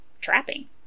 trapping